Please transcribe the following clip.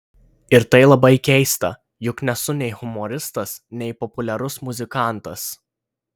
ir tai labai keista juk nesu nei humoristas nei populiarus muzikantas